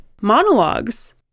monologues